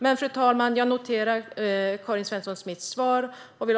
Men jag noterar Karin Svensson Smiths svar.